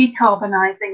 decarbonising